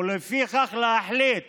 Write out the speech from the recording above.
ולפי זה להחליט